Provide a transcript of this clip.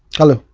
hello,